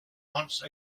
once